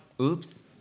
Oops